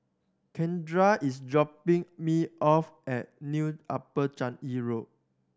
Kindra is dropping me off at New Upper Changi Road